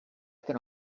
can